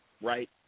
right